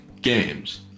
games